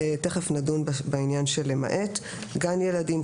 תכף נדון בעניין של למעט - גן ילדים,